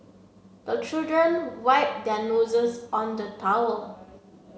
the children wipe their noses on the towel